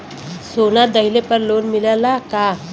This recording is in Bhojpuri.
सोना दहिले पर लोन मिलल का?